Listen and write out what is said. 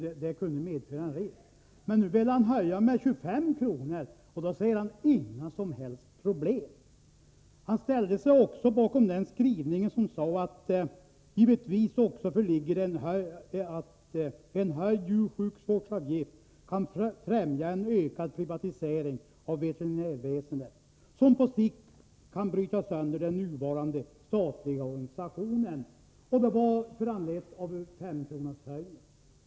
kunde medföra en risk, men nu vill han höja med 25 kr. utan att se några som helst problem. Han ställde sig också bakom följande skrivning: ”Risk kan givetvis också föreligga att en höjd djursjukvårdsavgift kan främja en ökad privatisering av veterinärväsendet, som på sikt kan bryta sönder den nuvarande statliga organisationen —--.” Detta var föranlett av en femkronorshöjning.